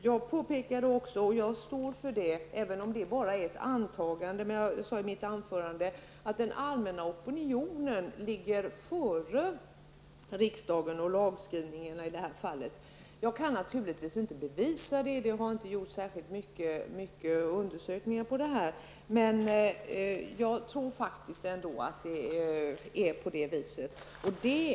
Jag påpekade i mitt anförande -- och jag står fast vid vad jag har sagt, även om det bara rör sig om ett antagande -- att den allmänna opinionen ligger före riksdagen och lagskrivningen i det här fallet. Jag kan naturligtvis inte bevisa det. Det har ju inte gjorts särskilt många undersökningar i det sammanhanget. Men jag tror faktiskt ändå att det förhåller sig på det sätt som jag här har sagt.